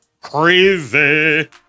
crazy